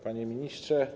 Panie Ministrze!